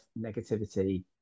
negativity